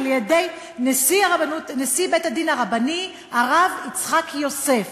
על-ידי נשיא בית-הדין הרבני הרב יצחק יוסף.